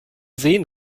sehen